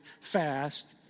fast